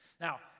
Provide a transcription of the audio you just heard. Now